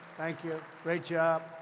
thank you. great job.